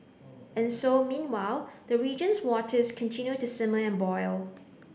and so meanwhile the region's waters continue to simmer and boil